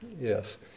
Yes